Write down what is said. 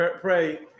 pray